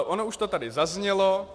Ono už to tady zaznělo.